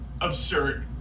Absurd